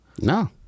No